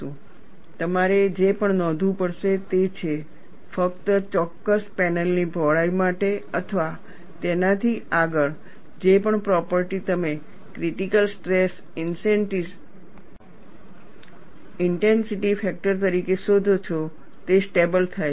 અને તમારે જે પણ નોંધવું પડશે તે છે ફક્ત ચોક્કસ પેનલની પહોળાઈ માટે અથવા તેનાથી આગળ જે પણ પ્રોપર્ટી તમે ક્રિટીકલ સ્ટ્રેસ ઇન્ટેન્સિટી ફેક્ટર તરીકે શોધો છો તે સ્ટેબલ થાય છે